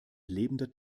lebender